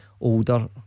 older